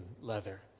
leather